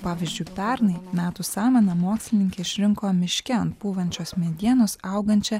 pavyzdžiui pernai metų samana mokslininkė išrinko miške ant pūvančios medienos augančią